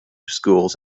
schools